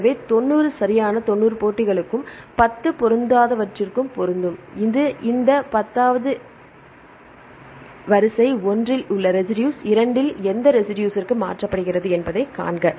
எனவே 90 சரியான 90 போட்டிகளுக்கும் 10 பொருந்தாதவற்றுக்கும் பொருந்தும் இது இந்த 10 ஐ எடுத்து வரிசை 1 இல் உள்ள ரெசிடுஸ் 2 இல் எந்த ரெசிடுஸிற்கு மாற்றப்பட்டுள்ளது என்பதைக் காண்க